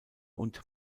und